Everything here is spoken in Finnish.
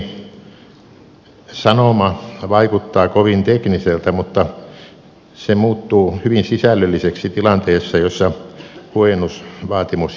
lakialoitteeni sanoma vaikuttaa kovin tekniseltä mutta se muuttuu hyvin sisällölliseksi tilanteessa jossa huojennusvaatimus jää tekemättä